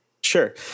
Sure